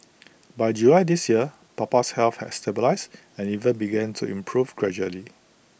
by July this year Papa's health had stabilised and even begun to improve gradually